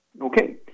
Okay